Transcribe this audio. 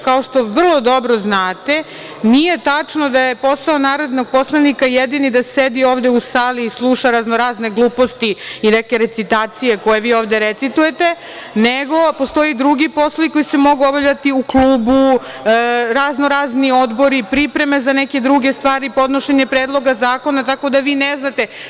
Kao što vrlo dobro znate, nije tačno da je posao narodnog poslanika jedini da sedi ovde u sali i sluša raznorazne gluposti i neke recitacije koje vi ovde recitujete, nego postoje drugi poslovi koji se mogu obavljati u klubu, razno-razni odobri, pripreme za neke druge stvari, podnošenje predloga zakona, tako da vi ne znate.